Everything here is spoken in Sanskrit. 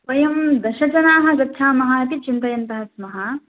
वयं दशजनाः गच्छामः इति चिन्तयन्तः स्मः